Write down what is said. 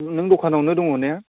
नों दखानआवनो दङ ने